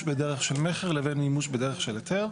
בדרך של מכר לבין מימוש בדרך של היתר.